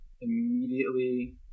immediately